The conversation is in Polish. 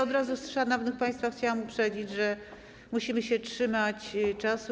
Od razu szanownych państwa chciałam uprzedzić, że musimy się trzymać czasu.